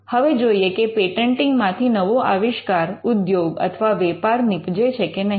હવે જોઈએ કે પેટન્ટિંગ માંથી નવો આવિષ્કાર ઉદ્યોગ અથવા વેપાર નીપજે છે કે નહીં